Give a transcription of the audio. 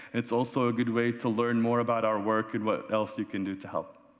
it's also a good way to learn more about our work and what else you can do to help.